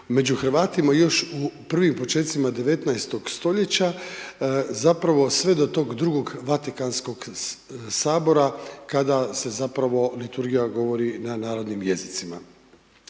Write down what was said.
među Hrvatima još u prvim počecima 19. st., zapravo sve do tog II. Vatikanskog sabora kada se zapravo liturgija govori na narodnim jezicima.